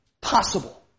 possible